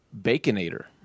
Baconator